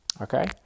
Okay